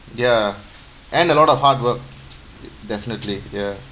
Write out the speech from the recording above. ya and a lot of hard work definitely ya